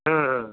ହଁ ହଁ